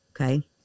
okay